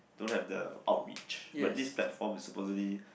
to have the awkrich but this platform is supposely